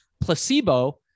placebo